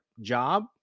job